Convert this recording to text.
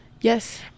Yes